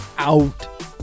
Out